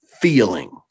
feeling